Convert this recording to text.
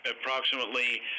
approximately